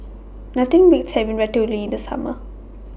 Nothing Beats having Ratatouille in The Summer